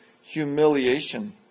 humiliation